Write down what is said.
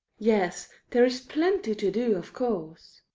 yes, there's plenty to do, of course.